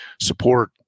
support